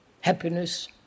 happiness